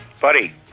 Buddy